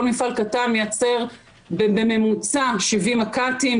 כל מפעל קטן מייצר בממוצע 70 מק"טים,